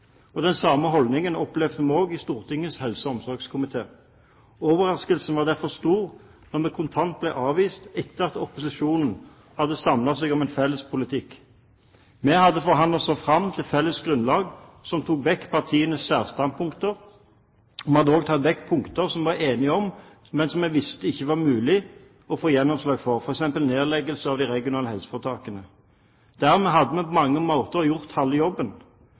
statsministeren. Den samme holdningen opplevde vi også i Stortingets helse- og omsorgskomité. Overraskelsen var derfor stor da vi kontant ble avvist etter at opposisjonen hadde samlet seg om en felles politikk. Vi hadde forhandlet oss fram til et felles grunnlag som tok vekk partienes særstandpunkter, og vi hadde også tatt vekk punkter vi var enige om, men som vi visste ikke var mulig å få gjennomslag for – f.eks. nedleggelse av de regionale helseforetakene. Dermed hadde vi på mange måter gjort halve jobben.